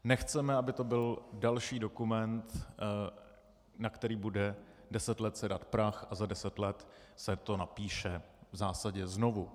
Nechceme, aby to byl další dokument, na který bude deset let sedat prach, a za deset let se to napíše v zásadě znovu.